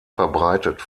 verbreitet